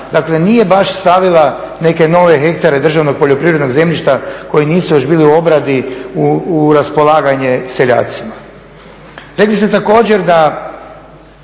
dakle nije baš stavila neke nove hektare državnog poljoprivrednog zemljišta koji nisu još bili u obradi u raspolaganje seljacima. Rekli ste također da